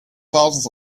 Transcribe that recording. thousands